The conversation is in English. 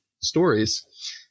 stories